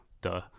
Duh